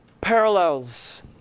parallels